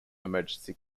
emergency